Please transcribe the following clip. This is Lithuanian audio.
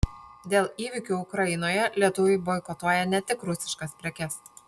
dėl įvykių ukrainoje lietuviai boikotuoja ne tik rusiškas prekes